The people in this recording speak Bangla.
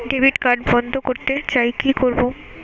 ডেবিট কার্ড বন্ধ করতে চাই কি করব?